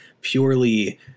purely